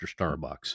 Starbucks